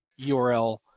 URL